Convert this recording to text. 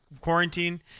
quarantine